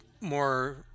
more